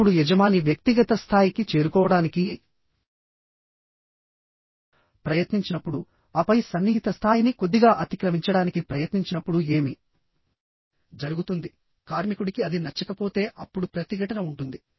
ఇప్పుడు యజమాని వ్యక్తిగత స్థాయికి చేరుకోవడానికి ప్రయత్నించినప్పుడు ఆపై సన్నిహిత స్థాయిని కొద్దిగా అతిక్రమించడానికి ప్రయత్నించినప్పుడు ఏమి జరుగుతుంది కార్మికుడికి అది నచ్చకపోతే అప్పుడు ప్రతిఘటన ఉంటుంది